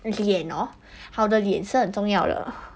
脸 orh 好的脸是很重要的